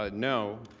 ah no,